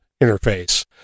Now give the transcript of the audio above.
interface